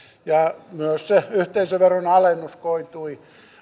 myös se yhteisöveron alennus koitui